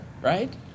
right